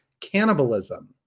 cannibalism